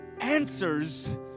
answers